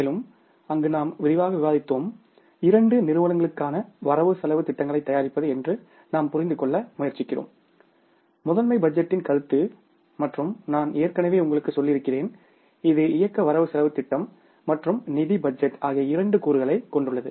மேலும்அங்கு நாம் விரிவாக விவாதித்தோம் இரண்டு நிறுவனங்களுக்கான வரவு செலவுத் திட்டங்களைத் தயாரிப்பது என்று நாம் புரிந்துகொள்ள முயற்சிக்கிறோம் முதன்மை பட்ஜெட்டின் கருத்து மற்றும் நான் ஏற்கனவே உங்களுக்குச் சொல்லியிருக்கிறேன் இது இயக்க வரவு செலவுத் திட்டம் மற்றும் நிதி பட்ஜெட் ஆகிய இரண்டு கூறுகளைக் கொண்டுள்ளது